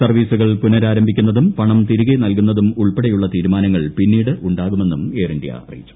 സർവ്വീസുകൾ പുനരാരംഭിക്കുന്നതും പണം തിരികെ നൽകുന്നതും ഉൾപ്പെടെയുള്ള തീരുമാനങ്ങൾ പിന്നീട് ഉണ്ടാകുമെന്നും എയർ ഇന്ത്യ അറിയിച്ചു